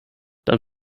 dann